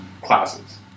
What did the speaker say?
classes